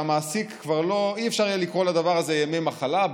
וכבר לא יהיה אפשר לקרוא לדבר הזה ימי מחלה,